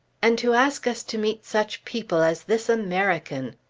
and to ask us to meet such people as this american!